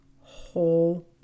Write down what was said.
whole